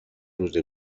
روز